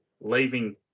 leaving